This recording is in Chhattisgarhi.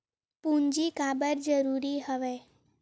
पूंजी काबर जरूरी हवय?